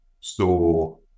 store